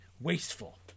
Wasteful